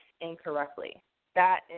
incorrectly—that